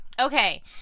Okay